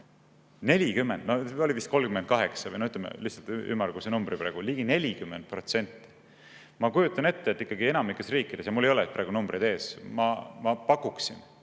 40% – no oli vist 38%, ütleme lihtsalt ümmarguse numbri praegu – ligi 40%! Ma kujutan ette, et ikkagi enamikus riikides – ja mul ei ole praegu numbreid ees – ma pakuksin,